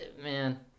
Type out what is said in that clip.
man